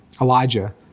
Elijah